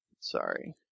Sorry